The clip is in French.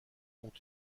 ont